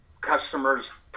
customers